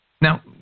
now